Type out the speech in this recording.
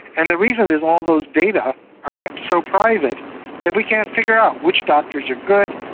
and the reason is all those data are kept so private that we can't figure out which doctors are good,